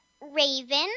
Raven